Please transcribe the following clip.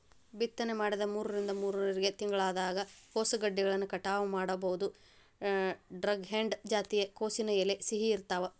ಬಿತ್ತನೆ ಮಾಡಿದ ಮೂರರಿಂದ ಮೂರುವರರಿ ತಿಂಗಳದಾಗ ಕೋಸುಗೆಡ್ಡೆಗಳನ್ನ ಕಟಾವ ಮಾಡಬೋದು, ಡ್ರಂಹೆಡ್ ಜಾತಿಯ ಕೋಸಿನ ಎಲೆ ಸಿಹಿ ಇರ್ತಾವ